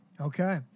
Okay